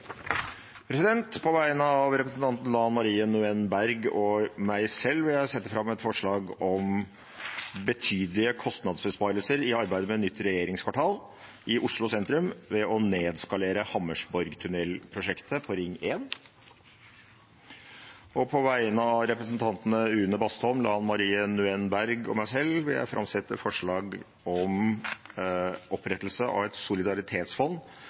et forslag om betydelige kostnadsbesparelser i arbeidet med nytt regjeringskvartal i Oslo sentrum gjennom nedskalering av Hammersborgtunnel-prosjektet på Ring 1. På vegne av representantene Une Bastholm, Lan Marie Nguyen Berg og meg selv vil jeg framsette et forslag om opprettelse av et solidaritetsfond